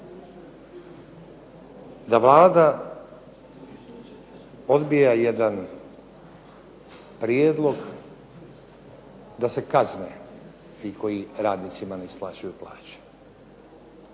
da Vlada odbija jedan prijedlog da se kazne ti koji radnicima ne isplaćuju plaće.